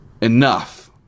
enough